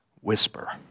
whisper